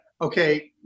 okay